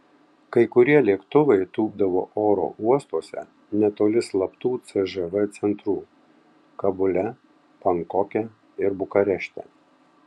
kai kurie lėktuvai tūpdavo oro uostuose netoli slaptų cžv centrų kabule bankoke ir bukarešte